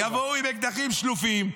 יבואו עם אקדחים שלופים,